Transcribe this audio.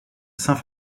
saint